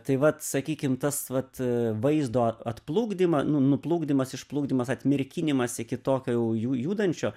tai vat sakykim tas vat a vaizdo atplukdymą nu nuplukdymas iš plukdymas atmirkinimas iki tokio jau ju judančio